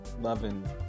loving